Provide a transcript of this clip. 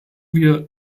wir